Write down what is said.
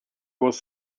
was